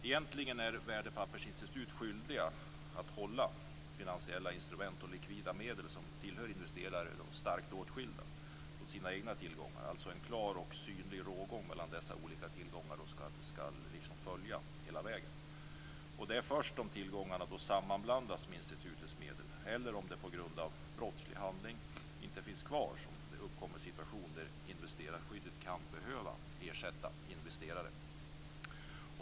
Egentligen är värdepappersinstitut skyldiga att hålla finansiella instrument och likvida medel som tillhör investeraren starkt åtskilda från sina egna tillgångar, alltså en klar och synlig rågång mellan dessa olika tillgångar som skall gälla hela vägen. Det är först då tillgångarna sammanblandas med institutets medel eller om de på grund av brottslig handling inte finns kvar som det uppkommer en situation då investerarskyddet kan behövas för att ersätta investerare.